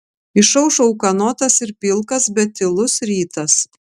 išaušo ūkanotas ir pilkas bet tylus rytas